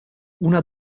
una